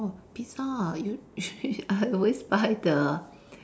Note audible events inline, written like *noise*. orh pizza ah *laughs* I always buy the